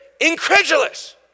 incredulous